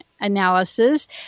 analysis